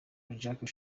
jacques